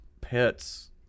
pets